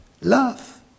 love